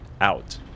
out